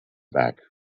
back